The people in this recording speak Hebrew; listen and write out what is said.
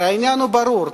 הרי העניין ברור.